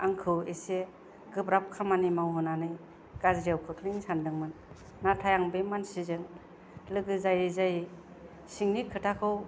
आंखौ एसे गोब्राब खामानि मावहोनानै गाज्रि आव खोख्लैनो सानदोंमोन नाथाय आं बे मानसिजों लोगो जायै जायै सिंनि खोथाखौ